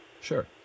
Sure